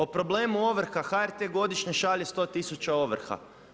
O problemu ovrha HRT godišnje šalje 100000 ovrha.